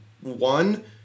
one